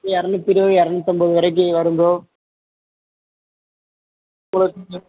இருநூத்தி இருபது இருநூத்தம்பது வரைக்கும் வரும் ப்ரோ